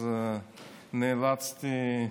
אז נאלצתי,